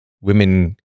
Women